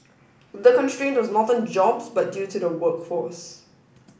the constraint was not on jobs but due to the workforce